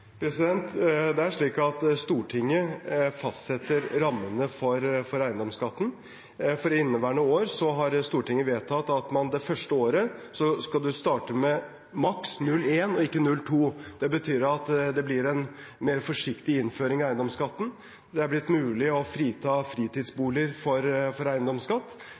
Det er Stortinget som fastsetter rammene for eiendomsskatten. For inneværende år har Stortinget vedtatt at man det første året skal starte med maks. 0,1 promille og ikke 0,2 promille. Det betyr at det blir en mer forsiktig innføring av eiendomsskatten. Det er blitt mulig å frita fritidsboliger for eiendomsskatt, og maskinskatten er også fjernet. Det er viktig for